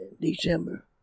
December